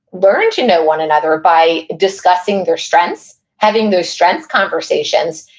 learn to know one another by discussing their strengths, having those strengths conversations,